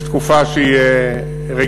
יש תקופה שהיא רגועה,